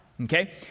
okay